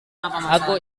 aku